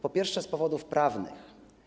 Po pierwsze, z powodów prawnych.